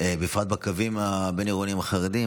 בפרט בקווים הבין-עירוניים החרדיים.